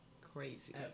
crazy